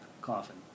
coffin